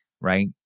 right